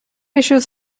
issues